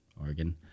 Oregon